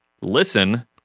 listen